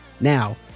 Now